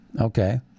Okay